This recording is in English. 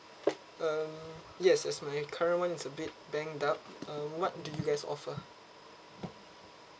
um yes as my current one is a bit banged up uh what do you guys offer